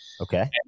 Okay